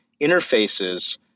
interfaces